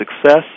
success